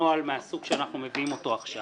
הנוהל מהסוג שאנחנו מביאים אותו עכשיו.